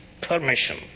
permission